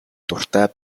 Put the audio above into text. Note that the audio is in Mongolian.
дуртай